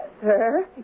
Sir